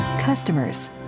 customers